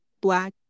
black